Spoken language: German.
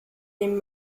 dem